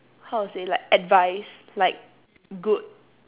how to say like advice like good